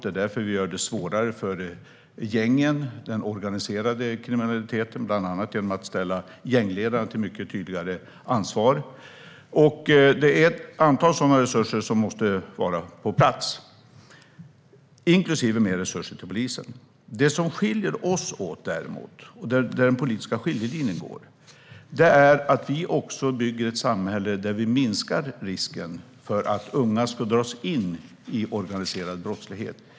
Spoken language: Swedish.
Det är därför som vi gör det svårare för gängen, den organiserade kriminaliteten, bland annat genom att ställa gängledare till mycket tydligare ansvar. Det är ett antal sådana resurser som måste vara på plats, inklusive mer resurser till polisen. Det som däremot skiljer oss åt, och där den politiska skiljelinjen går, är att vi bygger ett samhälle där vi minskar risken för att unga ska dras in i organiserad brottslighet.